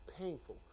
painful